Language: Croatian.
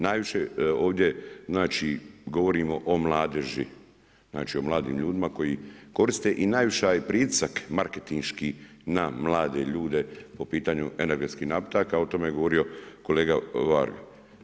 Najviše ovdje znači govorimo o mladeži, znači o mladim ljudima koji koriste i najviši je pritisak marketinški na mlade ljude po pitanju energetskih napitaka, o tome je govorio kolega Varga.